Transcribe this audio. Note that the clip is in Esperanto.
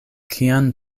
kian